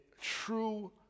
True